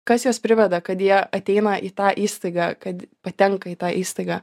kas juos priveda kad jie ateina į tą įstaigą kad patenka į tą įstaigą